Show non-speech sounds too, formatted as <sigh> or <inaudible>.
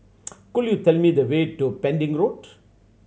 <noise> could you tell me the way to Pending Road